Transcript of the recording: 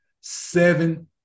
Seven